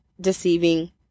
deceiving